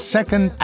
Second